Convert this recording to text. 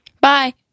Bye